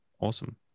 awesome